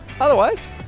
Otherwise